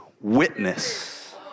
witness